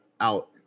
out